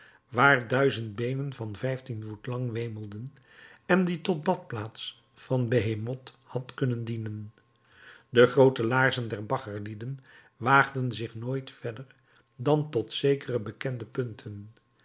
waar duizendbeenen van vijftien voet lang wemelden en die tot badplaats van behemoth had kunnen dienen de groote laarzen der baggerlieden waagden zich nooit verder dan tot zekere bekende punten